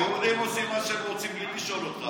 היהודים עושים מה שהם רוצים בלי לשאול אותך,